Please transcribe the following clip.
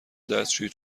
دستشویی